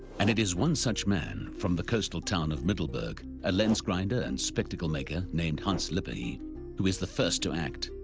and it is one such man from the coastal town of middleburg, a lens-grinder and spectacle-maker named hans lippershey who is the first to act.